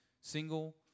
single